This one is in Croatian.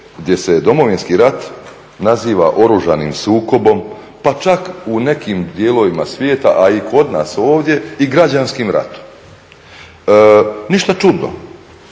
gdje se Domovinski rat naziva oružanim sukobom, pa čak u nekim dijelovima svijeta, a i kod nas ovdje i građanskim ratom. Ništa čudno,